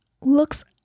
looks